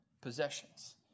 possessions